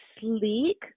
sleek